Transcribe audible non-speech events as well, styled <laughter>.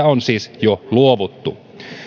<unintelligible> on siis jo luovuttu